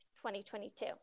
2022